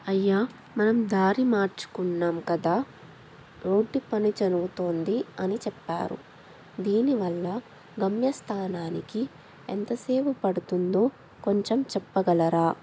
అయ్యా మనం దారి మార్చుకున్నాం కదా రోడ్డు పని జరగుతోంది అని చెప్పారు దీనివల్ల గమ్యస్థానానికి ఎంత సేపు పడుతుందో కొంచెం చెప్పగలరా